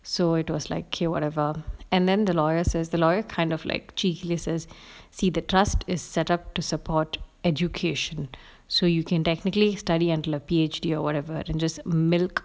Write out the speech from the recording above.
so it was like K whatever and then the lawyer says the lawyer kind of like check and see that trust is set up to support education so you can technically study until a P_H_D or whatever and just milk milk